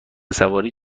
سواری